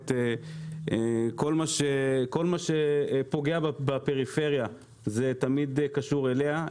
כל מה שפוגע בפריפריה זה תמיד קשור אליה.